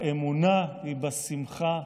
האמונה היא בשמחה,